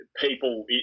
people